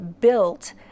built